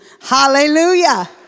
Hallelujah